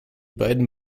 beiden